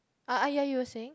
ah ah ya you were saying